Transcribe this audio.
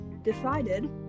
Decided